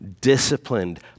disciplined